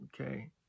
Okay